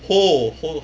[ho] [ho]